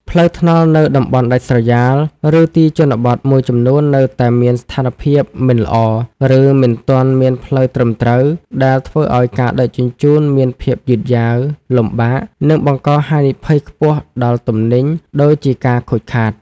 ផ្លូវថ្នល់នៅតំបន់ដាច់ស្រយាល ឬទីជនបទមួយចំនួននៅតែមានស្ថានភាពមិនល្អ ឬមិនទាន់មានផ្លូវត្រឹមត្រូវ ដែលធ្វើឱ្យការដឹកជញ្ជូនមានភាពយឺតយ៉ាវ លំបាក និងបង្កហានិភ័យខ្ពស់ដល់ទំនិញ (ដូចជាការខូចខាត)។